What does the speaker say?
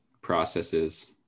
processes